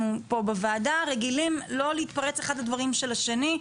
אנחנו פה בוועדה רגילים לא להתפרץ למילים אחד של השני,